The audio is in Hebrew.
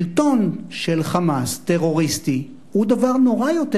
שלטון של "חמאס" טרוריסטי הוא דבר נורא יותר